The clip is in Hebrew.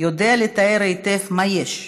יודע לתאר היטב מה יש,